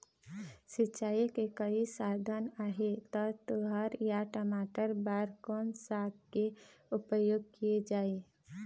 सिचाई के कई साधन आहे ता तुंहर या टमाटर बार कोन सा के उपयोग किए जाए?